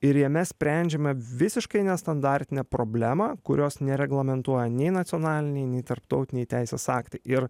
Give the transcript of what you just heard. ir jame sprendžiame visiškai nestandartinę problemą kurios nereglamentuoja nei nacionaliniai nei tarptautiniai teisės aktai ir